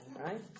right